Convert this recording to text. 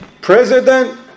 president